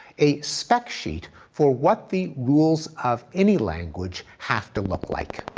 a spec sheet for what the rules of any language have to look like.